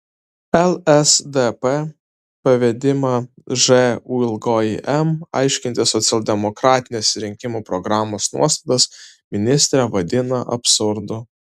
lsdp pavedimą žūm aiškinti socialdemokratinės rinkimų programos nuostatas ministrė vadina absurdu